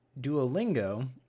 Duolingo